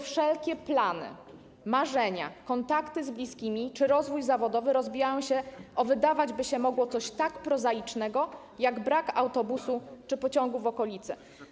Wszelkie plany, marzenia, kontakty z bliskimi czy rozwój zawodowy nie mogą rozbijać się o, wydawać by się mogło, coś tak prozaicznego jak brak autobusu i pociągu w okolicy.